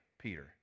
Peter